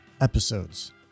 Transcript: episodes